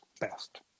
best